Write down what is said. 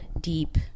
deep